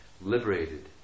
liberated